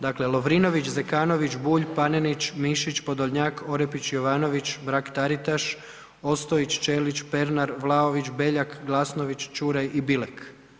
Dakle, Lovrinović, Zekanović, Bulj, Panenić, Mišić, Podolnjak, Orepić, Jovanović, Mrak-Taritaš, Ostojić, Ćelić, Pernar, Vlaović, Beljak, Glasnović, Čuraj i Bilek.